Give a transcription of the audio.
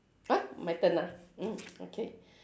!huh! my turn ah mm okay